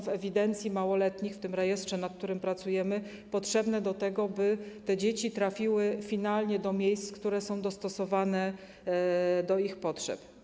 W ewidencji małoletnich, w tym rejestrze, nad którym pracujemy, są one potrzebne do tego, by te dzieci trafiły finalnie do miejsc, które są dostosowane do ich potrzeb.